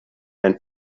ein